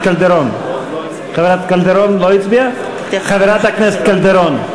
חברת הכנסת קלדרון.